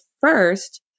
first